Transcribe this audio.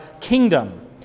kingdom